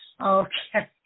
Okay